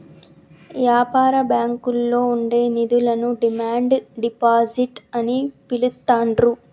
యాపార బ్యాంకుల్లో ఉండే నిధులను డిమాండ్ డిపాజిట్ అని పిలుత్తాండ్రు